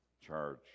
charge